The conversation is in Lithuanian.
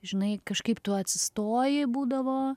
žinai kažkaip tu atsistoji būdavo